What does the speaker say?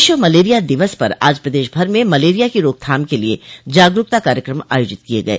विश्व मलेरिया दिवस पर आज प्रदेश भर में मलेरिया की रोकथाम के लिये जागरूकता कार्यक्रम आयोजित किये गये